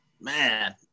man